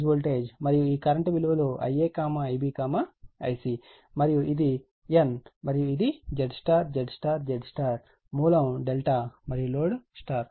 మరియు ఈ కరెంట్ విలువలు Ia Ib Ic మరియు ఇది N మరియు ఇది Zy Zy Zy మూలం ∆ మరియు లోడ్ Y